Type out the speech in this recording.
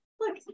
look